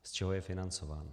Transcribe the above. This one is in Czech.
Z čeho je financován?